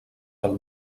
pel